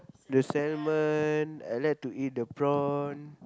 the salmon I like to eat the prawn